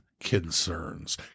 concerns